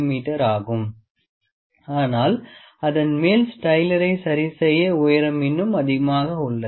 me ஆகும் ஆனால் அதன் மேல் ஸ்லைடரை சரிசெய்ய உயரம் இன்னும் அதிகமாக உள்ளது